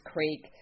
Creek